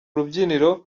rubyiniro